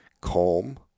calm